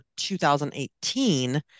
2018